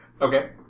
Okay